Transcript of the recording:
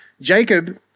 Jacob